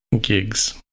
gigs